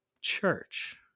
church